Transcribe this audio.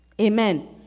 Amen